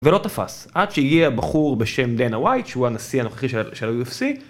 ולא תפס, עד שהגיע הבחור בשם לנה וייט, שהוא הנשיא הנוכחי של אי-אוף-סי